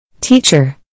Teacher